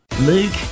Luke